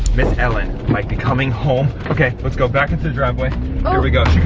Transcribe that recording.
miss ellen might be coming home. okay, lets go back into the driveway. here we go,